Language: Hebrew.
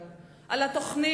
, לתפקיד